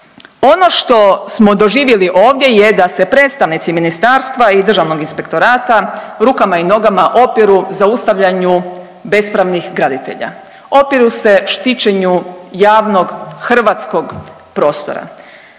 ono što smo doživjeli ovdje je da se predstavnici ministarstva i Državnog inspektorata rukama i nogama opiru zaustavljanju bespravnih graditelja, opiru se štićenju javnog hrvatskog prostora.